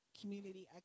community